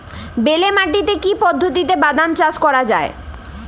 বেলে মাটিতে কি পদ্ধতিতে বাদাম চাষ করা যায়?